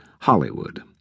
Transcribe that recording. Hollywood